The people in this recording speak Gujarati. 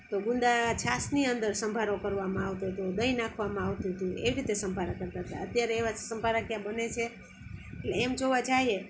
તો ગુંદા છાશની અંદર સંભારો કરવામાં આવતો તો દહીં નાખવામાં આવતું તું એ રીતે સંભારા કરતાં હતાં અત્યારે એવા જ સંભારા ક્યાં બને છે એટલે એમ જોવા જઈએ